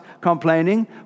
complaining